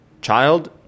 child